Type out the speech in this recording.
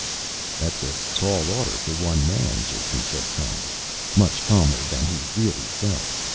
that's a tall order for one man, jason said calmly much calmer than he really felt.